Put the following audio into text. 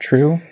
True